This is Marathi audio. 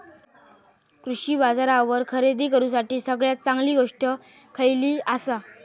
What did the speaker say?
कृषी बाजारावर खरेदी करूसाठी सगळ्यात चांगली गोष्ट खैयली आसा?